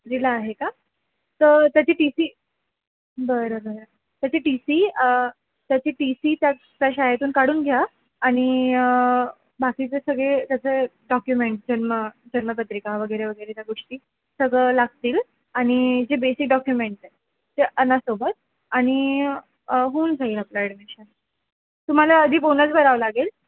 तिसरीला आहे का तर त्याची टी सी बरं बरं त्याची टी सी त्याची टी सी त्या त्या शाळेतून काढून घ्या आणि बाकीचं सगळे त्याचं डॉक्युमेंट जन्म जन्मपत्रिका वगैरे वगैरे त्या गोष्टी सगळं लागतील आणि जे बेसिक डॉक्युमेंट आहे ते आण सोबत आणि होऊन जाईल आपलं ॲडमिशन तुम्हाला आधी बोनस भरावं लागेल